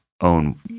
own